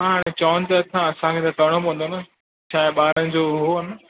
हा हाणे चवनि त था असांखे त करणो पवंदो न छा आहे ॿारनि जो उहो आहिनि